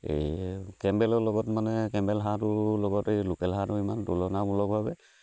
এই কেম্বেলৰ লগত মানে কেম্বেল হাঁহটোৰ লগত এই লোকেল হাঁহটো ইমান তুলনামূলক ভাৱে